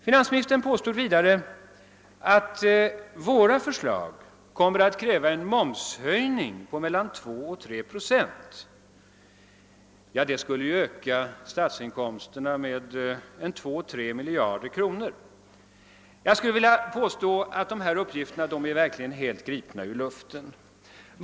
Finansministern påstår vidare att våra förslag kommer att kräva en momshöjning på mellan 2 och 3 procent. Ja, det skulle öka statsinkomsterna med 2 å 3 miljarder kronor. Jag skulle vilja påstå att uppgifterna är helt gripna ur luften.